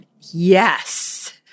Yes